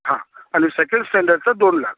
हां आणि सेकंड स्टँडर्डचं दोन लाख